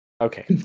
Okay